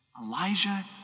Elijah